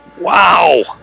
Wow